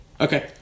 Okay